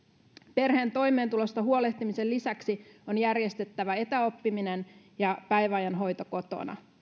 perheen toimeentulosta huolehtimisen lisäksi on järjestettävä etäoppiminen ja päiväajan hoito kotona